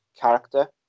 character